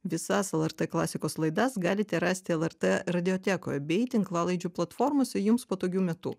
visas lrt klasikos laidas galite rasti lrt radijotekoj bei tinklalaidžių platformose jums patogiu metu